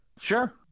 Sure